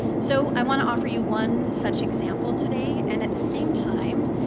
so i want to offer you one such example today. and at the same time,